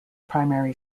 primary